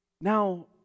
Now